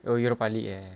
oh europa league leh